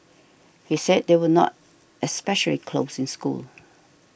he said they were not especially close in school